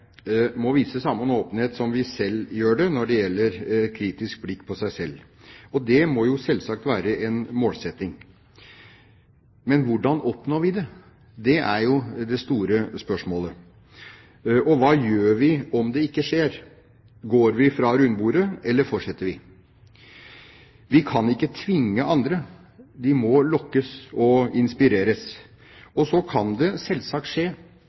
må vise samme åpenhet som vi gjør når det gjelder kritiske blikk på seg selv. Det må selvsagt være en målsetting. Men hvordan oppnår vi det? Det er jo det store spørsmålet. Hva gjør vi om det ikke skjer? Går vi fra rundebordet, eller fortsetter vi? Vi kan ikke tvinge andre. De må lokkes og inspireres. Så kan det selvsagt skje